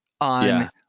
on